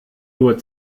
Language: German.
nur